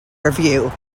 review